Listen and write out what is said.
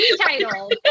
title